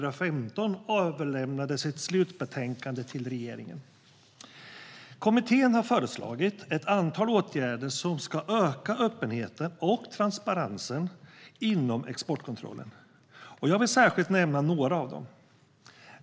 Strategisk export-kontroll 2015 - krigsmateriel och produkter med dubbla användningsområden Kommittén har föreslagit ett antal åtgärder som ska öka öppenheten och transparensen inom exportkontrollen, och jag vill särskilt nämna några av dem.